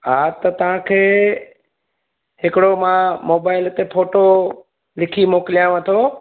हा त तव्हांखे हिकिड़ो मां मोबाइल ते फ़ोटो लिखी मोकिलियांव थो